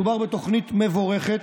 מדובר בתוכנית מבורכת,